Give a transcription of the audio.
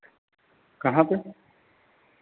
कहाँ पर